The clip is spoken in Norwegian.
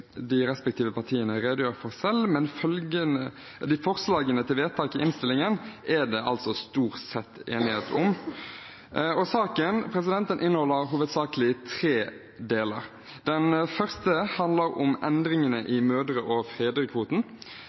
de respektive partiene redegjør for selv, men forslagene til vedtak i innstillingen er det altså stort sett enighet om. Saken inneholder hovedsakelig tre deler. Den første handler om endringene i mødre- og